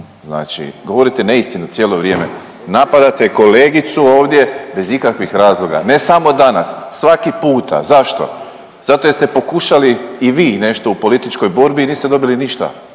Znači govorite neistinu cijelo vrijeme, napadate kolegicu ovdje bez ikakvih razloga, ne samo danas, svaki puta. Zašto? Zato jer ste pokušali i vi nešto u političkoj borbi i niste dobili ništa